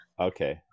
Okay